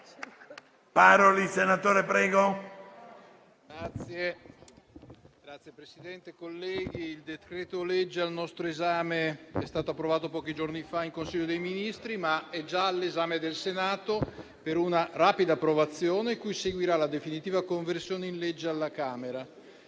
Signor Presidente, colleghi, il decreto-legge al nostro esame è stato approvato pochi giorni fa in Consiglio dei ministri, ma è già all'esame del Senato per una rapida approvazione, cui seguirà la definitiva conversione in legge alla Camera.